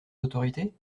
autorités